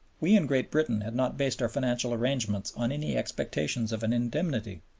we in great britain had not based our financial arrangements on any expectations of an indemnity.